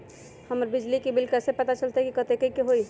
हमर बिजली के बिल कैसे पता चलतै की कतेइक के होई?